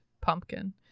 Pumpkin